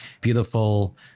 beautiful